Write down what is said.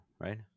right